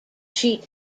sheet